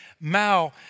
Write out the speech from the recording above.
Mao